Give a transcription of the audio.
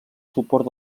suport